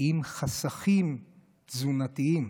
עם חסכים תזונתיים.